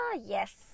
yes